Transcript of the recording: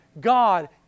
God